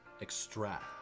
extract